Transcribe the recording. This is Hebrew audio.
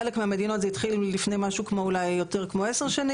בחלק מהמדינות זה התחיל לפני משהו כמו אולי 10 שנים,